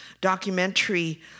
documentary